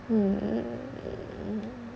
um